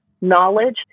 knowledge